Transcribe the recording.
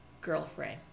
girlfriend